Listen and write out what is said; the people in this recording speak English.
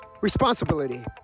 responsibility